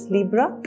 Libra